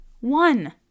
One